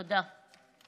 תודה.